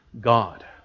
God